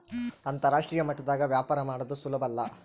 ಅಂತರಾಷ್ಟ್ರೀಯ ಮಟ್ಟದಾಗ ವ್ಯಾಪಾರ ಮಾಡದು ಸುಲುಬಲ್ಲ